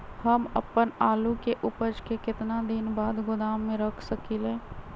हम अपन आलू के ऊपज के केतना दिन बाद गोदाम में रख सकींले?